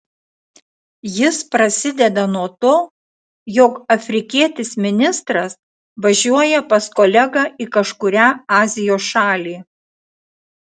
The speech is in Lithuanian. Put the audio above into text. jis prasideda nuo to jog afrikietis ministras važiuoja pas kolegą į kažkurią azijos šalį